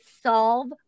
solve